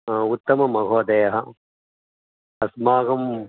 हा उत्तमं महोदय अस्माकम्